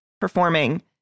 performing